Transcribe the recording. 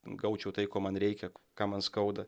gaučiau tai ko man reikia ką man skauda